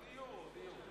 עוד יהיו, עוד יהיו.